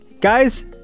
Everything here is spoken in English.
Guys